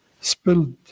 spilled